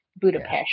Budapest